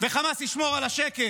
וחמאס ישמור על השקט,